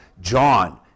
John